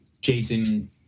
Jason